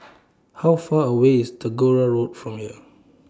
How Far away IS Tagore Road from here